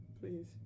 please